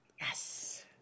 Yes